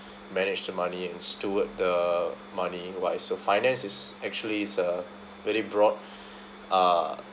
manage the money and steward the money wise so finance is actually is a very broad uh